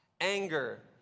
anger